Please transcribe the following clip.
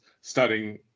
studying